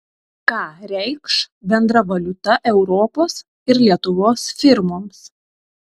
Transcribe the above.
ką reikš bendra valiuta europos ir lietuvos firmoms